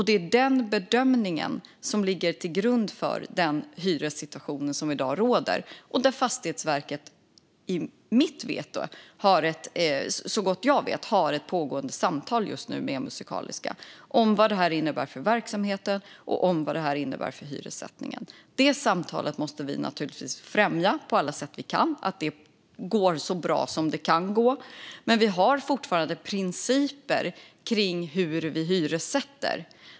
Det är den bedömningen som ligger till grund för den hyressituation som i dag råder, där Fastighetsverket har, såvitt jag vet, ett just nu pågående samtal med Musikaliska om vad den innebär för verksamheten och för hyressättningen. Vi måste naturligtvis främja att samtalet går så bra det kan gå på alla sätt vi kan, men det finns fortfarande principer om hur vi hyressätter.